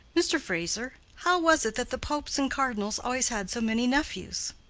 mr. fraser, how was it that the popes and cardinals always had so many nephews?